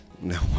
no